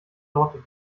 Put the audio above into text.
lord